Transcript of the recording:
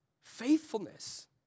Faithfulness